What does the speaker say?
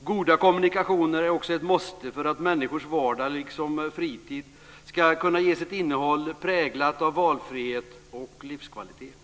Goda kommunikationer är också ett måste för att människors vardag liksom fritid ska kunna ges ett innehåll präglat av valfrihet och livskvalitet.